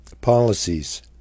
Policies